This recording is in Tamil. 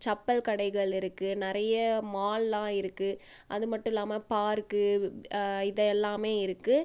செப்பல் கடைகள் இருக்குது நிறைய மால் லா இருக்குது அது மட்டும் இல்லாமல் பார்க்கு இது எல்லாமே இருக்குது